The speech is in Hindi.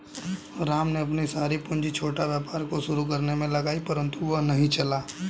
राम ने अपनी सारी पूंजी छोटा व्यापार को शुरू करने मे लगाई परन्तु वह नहीं चला